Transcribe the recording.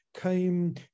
came